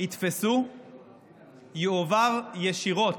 יתפסו יועבר ישירות